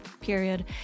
period